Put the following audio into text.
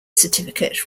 certificate